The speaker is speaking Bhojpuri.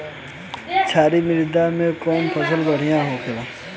क्षारीय मिट्टी में कौन फसल बढ़ियां हो खेला?